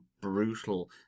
brutal